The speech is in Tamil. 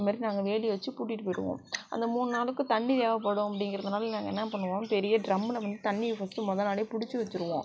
இந்த மாதிரி நாங்கள் வேலி வச்சு பூட்டிவிட்டு போயிடுவோம் அந்த மூணுநாளுக்கும் தண்ணி தேவைப்படும் அப்படிங்கறதுனால நாங்கள் என்ன பண்ணுவோம் பெரிய ட்ரம்மில் வந்து தண்ணிய ஃபஸ்ட்டு மொதல் நாளே பிடிச்சி வச்சிடுவோம்